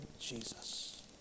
Jesus